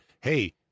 Hey